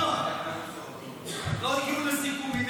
לא הגיעו לסיכומים,